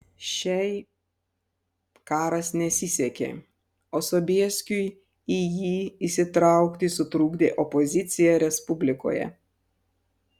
šiai karas nesisekė o sobieskiui į jį įsitraukti sutrukdė opozicija respublikoje